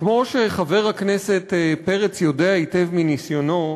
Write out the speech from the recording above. כמו שחבר הכנסת פרץ יודע היטב מניסיונו,